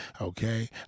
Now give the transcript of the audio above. Okay